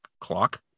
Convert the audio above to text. clock